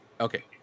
Okay